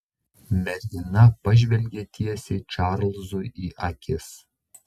mergina pažvelgė tiesiai čarlzui į akis